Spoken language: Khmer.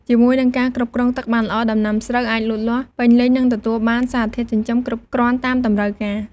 ជាមួយនឹងការគ្រប់គ្រងទឹកបានល្អ ដំណាំស្រូវអាចលូតលាស់ពេញលេញ និងទទួលបានសារធាតុចិញ្ចឹមគ្រប់គ្រាន់តាមតម្រូវការ។